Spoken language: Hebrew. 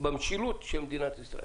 במשילות של מדינת ישראל.